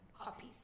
copies